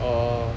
oh